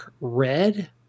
Red